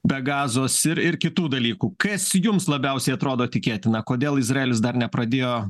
be gazos ir ir kitų dalykų kas jums labiausiai atrodo tikėtina kodėl izraelis dar nepradėjo